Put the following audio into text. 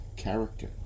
character